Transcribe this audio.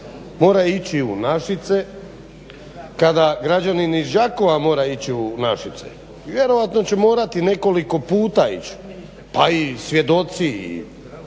mora ići u Našice, kada građanin iz Đakova mora ići u Našice. Vjerojatno će morati nekoliko puta ići pa i svjedoci i